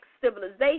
civilization